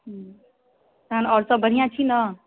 हूँ तहन आओर सभ बढ़िआँ छी ने